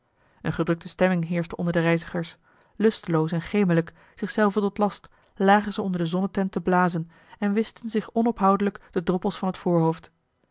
eene gedrukte stemming heerschte onder de reizigers lusteloos en gemelijk zich zelven tot last lagen ze onder de zonnetent te blazen en wischten zich onophoudelijk de droppels van het voorhoofd